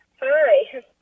Hi